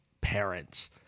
parents